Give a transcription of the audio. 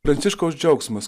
pranciškaus džiaugsmas